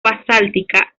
basáltica